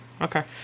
okay